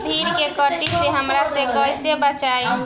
भींडी के कीट के हमला से कइसे बचाई?